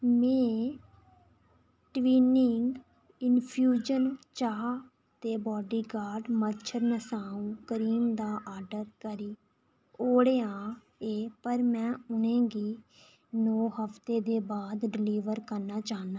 में Twinings infusion चाह् ते बाडीगॉर्ड मच्छर नसाऊ क्रीम दा आर्डर करी ओड़ेआ ऐ पर में उ'नेंगी नौ हफ्ते दे बाद डलीवर कराना चाह्न्नां